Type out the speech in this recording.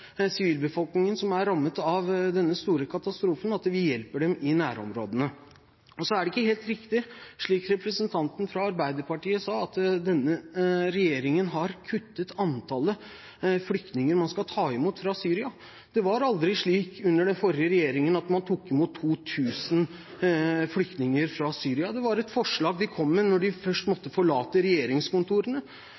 at vi hjelper dem i nærområdene. Så er det ikke helt riktig, slik representanten fra Arbeiderpartiet sa, at denne regjeringen har kuttet i antallet flyktninger man skal ta imot fra Syria. Det var aldri slik under den forrige regjeringen at man tok imot 2 000 flyktninger fra Syria. Det var et forslag de kom med først når de